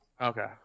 Okay